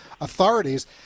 authorities